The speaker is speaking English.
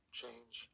change